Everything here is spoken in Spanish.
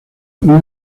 una